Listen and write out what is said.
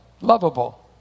lovable